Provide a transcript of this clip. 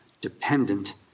dependent